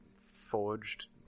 forged